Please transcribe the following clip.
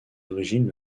origines